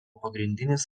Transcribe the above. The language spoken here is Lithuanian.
pagrindinis